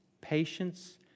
patience